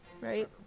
right